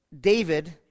David